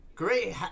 Great